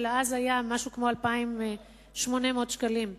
שאז היה משהו כמו 2,800 שקלים למורה.